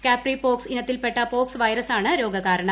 capripox ഇനത്തിൽപ്പെട്ട pox വൈറസാണ് രോഗകാരണം